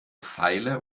feile